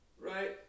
Right